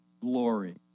glory